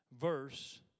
verse